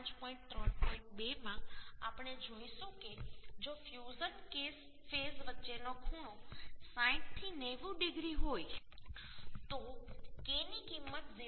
2 માં આપણે જોઈશું કે જો ફ્યુઝન ફેસ વચ્ચેનો ખૂણો 60 થી 90 ડિગ્રી હોય તો K ની કિંમત 0